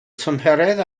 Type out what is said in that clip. tymheredd